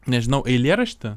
nežinau eilėraštį